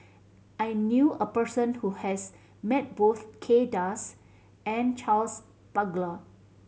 I knew a person who has met both Kay Das and Charles Paglar